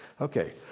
Okay